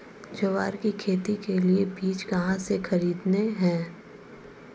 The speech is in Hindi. ग्वार की खेती के लिए बीज कहाँ से खरीदने हैं?